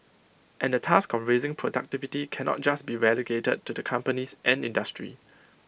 and the task of raising productivity cannot just be relegated to the companies and industry